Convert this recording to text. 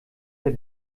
der